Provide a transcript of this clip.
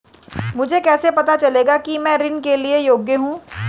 मुझे कैसे पता चलेगा कि मैं ऋण के लिए योग्य हूँ?